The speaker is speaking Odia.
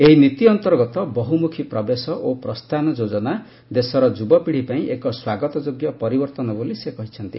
ଏହି ନୀତି ଅନ୍ତର୍ଗତ ବହୁମୁଖୀ ପ୍ରବେଶ ଓ ପ୍ରସ୍ଥାନ ଯୋଜନା ଦେଶର ଯୁବପିଢ଼ୀ ପାଇଁ ଏକ ସ୍ୱାଗତଯୋଗ୍ୟ ପରିବର୍ତ୍ତନ ବୋଲି ସେ କହିଛନ୍ତି